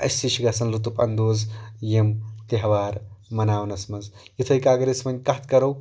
أسۍ تہِ چھِ گژھان لُطف اندوز یِم تہوار مناونَس منٛز یِتھَے کٔنۍ اَگر أسۍ وۄنۍ کَتھ کرو